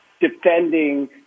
defending